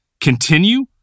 continue